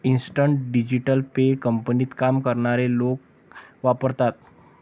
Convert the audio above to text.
instant digital pay कंपनीत काम करणारे लोक वापरतात